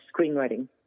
screenwriting